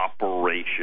operation